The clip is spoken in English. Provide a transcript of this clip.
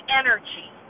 energy